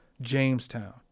Jamestown